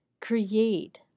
create